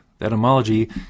etymology